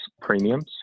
premiums